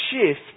shift